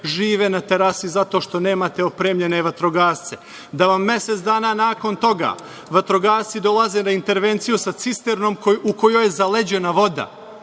žive na terasi zato što nemate opremljene vatrogasce, da vam mesec dana nakon toga vatrogasci dolaze na intervenciju sa cisternom u kojoj je zaleđena voda,